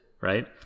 Right